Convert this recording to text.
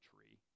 tree